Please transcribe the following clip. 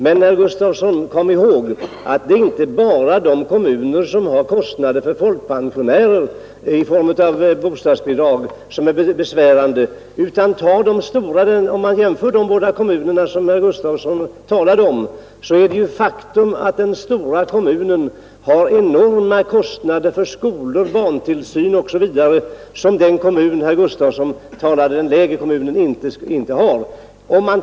Men kom ihåg, herr Gustavsson, att det inte bara är de kommuner som har kostnader för folkpensionärer i form av bostadstillägg som har det besvärligt. Om man jämför de båda kommuner herr Gustavsson talade om finner man att den stora kommunen har enorma kostnader för skolor, barntillsyn, osv. som den lilla kommunen inte har.